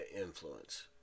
influence